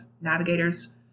navigators